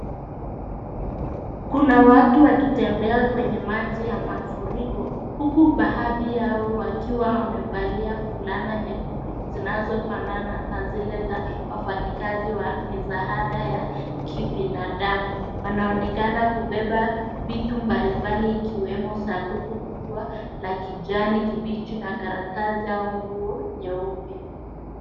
Kuna watu wakitembea kwenye maji ya mafuriko, huku baadhi yao wakiwa wamevalia fulana nyekundu zinazofanana na zile za wafanyikazi wa misaada ya kibinadamu. Wanaonekana kubeba vitu mbalimbali ikiwemo sanduku kubwa la kijani kibichi na karatasi au nguo nyeupe.